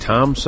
Tom